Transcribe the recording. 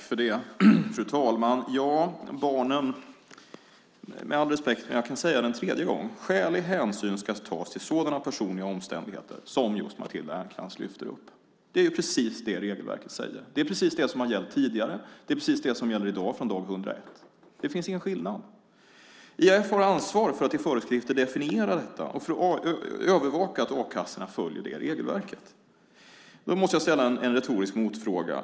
Fru talman! Jag kan säga det en tredje gång: Skälig hänsyn ska tas till sådana personliga omständigheter som just Matilda Ernkrans lyfter upp. Det är precis det regelverket säger. Det är precis det som har gällt tidigare. Det är precis det som gäller i dag från dag 101. Det finns ingen skillnad. IAF har ansvar för att i föreskrifter definiera detta och för att övervaka att a-kassorna följer det regelverket. Jag måste ställa en retorisk motfråga.